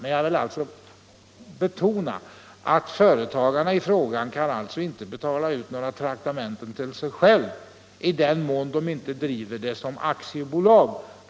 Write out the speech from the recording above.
Men jag vill betona att företagarna i fråga inte kan betala ut några traktamenten till sig själva — i den mån de inte driver företagen som aktiebolag.